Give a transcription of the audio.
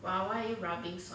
!wow! why rubbing s~